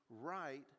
right